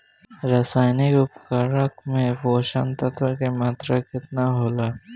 रसायनिक उर्वरक मे पोषक तत्व के मात्रा केतना होला?